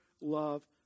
love